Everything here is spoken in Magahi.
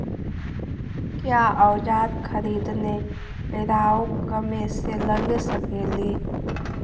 क्या ओजार खरीदने ड़ाओकमेसे लगे सकेली?